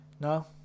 No